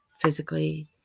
physically